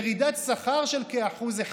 ירידת שכר של כ-1%.